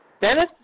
Dennis